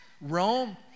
Rome